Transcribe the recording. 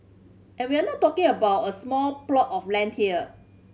and we're not talking about a small plot of land here